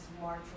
march